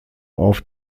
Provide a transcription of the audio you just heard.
auf